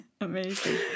Amazing